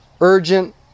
urgent